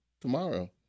tomorrow